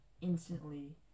instantly